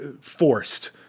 forced